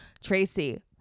Tracy